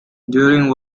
during